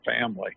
family